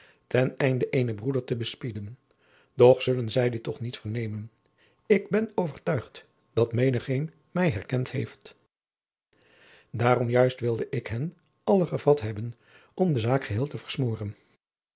ten einde eenen broeder te bespieden doch zullen zij dit toch niet vernemen ik ben overtuigd dat menigeen mij herkend heeft daarom juist wilde ik hen alle gevat hebben om de zaak geheel te versmooren